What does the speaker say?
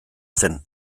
zen